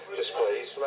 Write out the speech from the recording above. displays